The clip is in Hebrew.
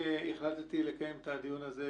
החלטתי לקיים את הדיון הזה,